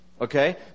Okay